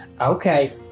Okay